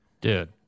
dude